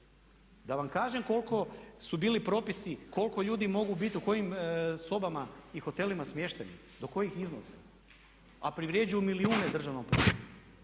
Da vam kažem koliko su bili propisi, koliko ljudi mogu biti u kojim sobama i hotelima smješteni, do kojih iznosa. A privređuju milijune državnom proračunu.